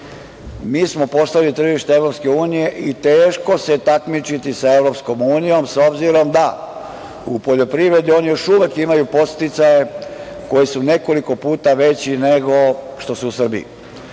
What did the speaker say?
mi smo postali tržište EU i teško se takmičiti sa EU, s obzirom da u poljoprivredi oni još uvek imaju podsticaje koji su nekoliko puta veći nego što su u Srbiji. Hoću